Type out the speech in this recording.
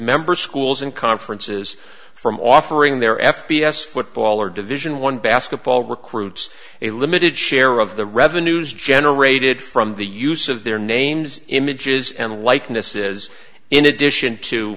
member schools and conferences from offering their f b s football or division one basketball recruits a limited share of the revenues generated from the use of their names images and likenesses in addition to